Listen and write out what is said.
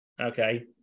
Okay